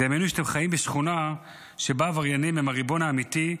דמיינו שאתם חיים בשכונה שבה עבריינים הם הריבון האמיתי,